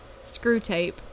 Screwtape